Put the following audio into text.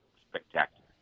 spectacular